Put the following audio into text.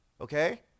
okay